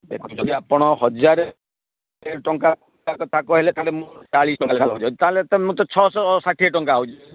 ଦେଖନ୍ତୁ ଯଦି ଆପଣ ହଜାରେ ଟଙ୍କା ତା କଥା କହିଲେ ତା'ହେଲେ ମୁଁ ତା'ହେଲେ ମୁଁ ତ ଛଅଶହ ଷାଠିଏ ଟଙ୍କା ହେଉଛି